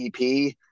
EP